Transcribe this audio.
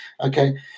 okay